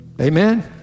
Amen